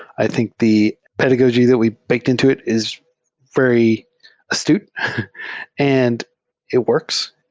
i think the pedagogy that we baked into it is very as tute and it works.